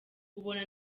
ubona